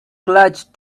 clutch